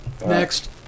Next